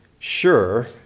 sure